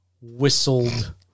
whistled